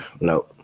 no